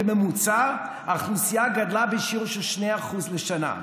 בממוצע האוכלוסייה גדלה בשיעור של 2% לשנה.